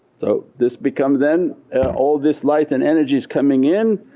so this becomes then all this light and energy is coming in,